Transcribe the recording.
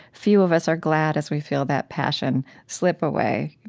few of us are glad as we feel that passion slip away.